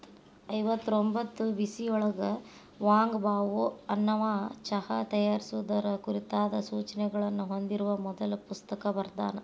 ಐವತ್ತರೊಂಭತ್ತು ಬಿಸಿಯೊಳಗ Wang Bao ಅನ್ನವಾ ಚಹಾ ತಯಾರಿಸುವುದರ ಕುರಿತಾದ ಸೂಚನೆಗಳನ್ನ ಹೊಂದಿರುವ ಮೊದಲ ಪುಸ್ತಕ ಬರ್ದಾನ